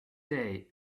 day